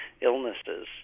illnesses